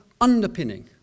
underpinning